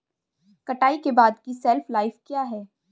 कटाई के बाद की शेल्फ लाइफ क्या है?